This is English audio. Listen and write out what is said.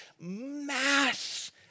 mass